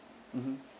mmhmm